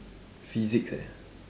physics eh